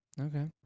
Okay